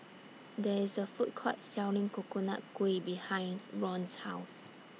There IS A Food Court Selling Coconut Kuih behind Ron's House